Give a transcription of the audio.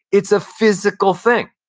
it's a physical thing.